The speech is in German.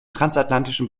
transatlantischen